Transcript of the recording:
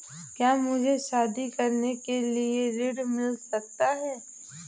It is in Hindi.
क्या मुझे शादी करने के लिए ऋण मिल सकता है?